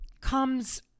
comes